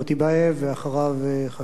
חבר הכנסת יוחנן פלסנר.